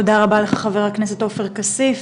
תודה רבה לחבר הכנסת כסיף.